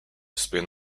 spin